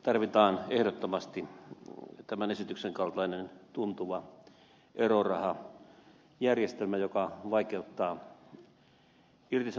tarvitaan ehdottomasti tämän esityksen kaltainen tuntuva erorahajärjestelmä joka vaikeuttaa irtisanomismenettelyä